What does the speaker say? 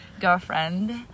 girlfriend